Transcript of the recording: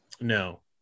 no